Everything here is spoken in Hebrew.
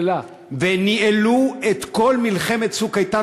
והן ניהלו את כל מלחמת "צוק איתן",